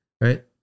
right